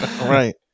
Right